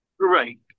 Right